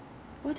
so um